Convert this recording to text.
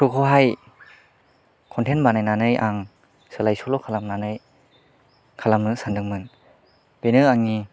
फ्रकहाय content बानाइनानै आं सोलाय सोल' खालामनानै खालामनो सान्दोंमोन बेनो आंनि